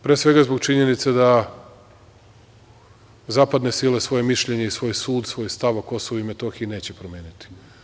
Pre svega zbog činjenice da zapadne sile svoje mišljenje i svoj sud, svoj stav o Kosovu i Metohiji neće promeniti.